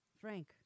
Frank